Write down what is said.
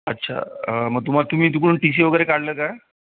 अच्छा मग तुमा तुम्ही तिकडून टी सी वगैरे काढलं का